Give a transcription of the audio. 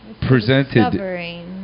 presented